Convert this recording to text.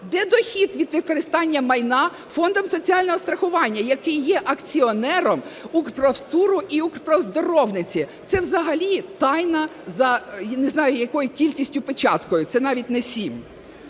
Де дохід від використання майна Фондом соціального страхування, який є акціонером Укрпрофтуру і Укрпрофоздоровниці? Це взагалі тайна за, не знаю, якою кількістю печаткою, це навіть не 7.